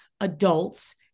adults